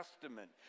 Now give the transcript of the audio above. testament